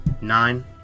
Nine